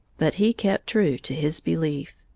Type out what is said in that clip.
but he kept true to his belief.